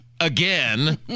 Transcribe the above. again